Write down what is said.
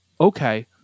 okay